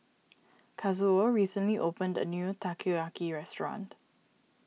Kazuo recently opened a new Takoyaki restaurant